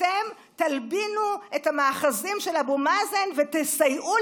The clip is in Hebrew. אתם תלבינו את המאחזים של אבו מאזן ותסייעו